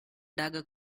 dagger